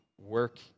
work